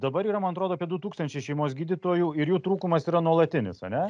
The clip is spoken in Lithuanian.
dabar yra man atrodo apie du tūkstančiai šeimos gydytojų ir jų trūkumas yra nuolatinis ane